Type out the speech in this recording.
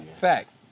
Facts